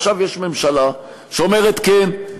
עכשיו יש ממשלה שאומרת: כן,